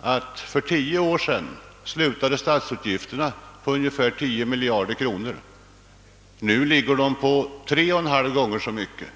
kan nämnas att statsutgifterna för 10 år sedan var ungefär 10 miljarder kronor och att de nu är tre och en halv gånger så stora.